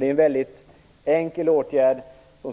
Det är en mycket enkel åtgärd, som